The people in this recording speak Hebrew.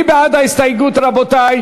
להלן: קבוצת סיעת מרצ, חברי הכנסת מוחמד ברכה,